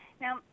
Now